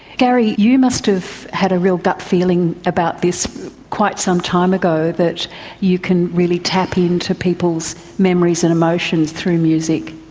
gary, you must have had a real gut feeling about this quite some time ago, that you can really tap into people's memories and emotions through music.